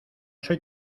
soy